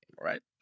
right